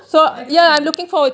I don't know